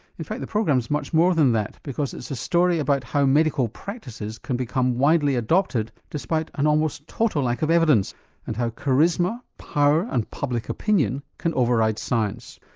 in fact the program's about much more than that because it's a story about how medical practices can become widely adopted despite an almost total lack of evidence and how, charisma, power and public opinion can override science.